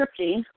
scripting